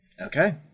Okay